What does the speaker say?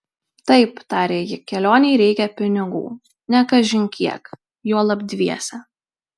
taip tarė ji kelionei reikia pinigų ne kažin kiek juolab dviese